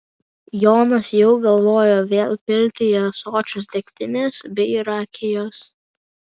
jonas jau galvojo vėl pilti į ąsočius degtinės bei rakijos